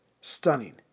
stunning